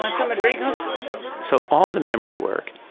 um and so all the memory work.